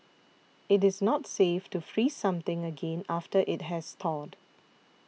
it is not safe to freeze something again after it has thawed